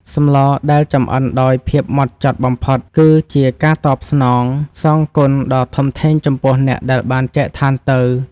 សម្លដែលចម្អិនដោយភាពហ្មត់ចត់បំផុតគឺ ជាការតបស្នងសងគុណដ៏ធំធេងចំពោះអ្នកដែលបានចែកឋានទៅ។